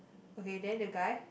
okay then the guy